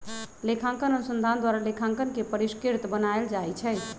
लेखांकन अनुसंधान द्वारा लेखांकन के परिष्कृत बनायल जाइ छइ